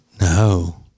No